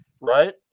right